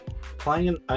Playing